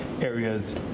areas